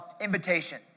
invitation